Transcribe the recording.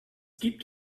gibt